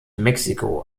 mexiko